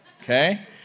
okay